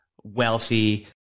wealthy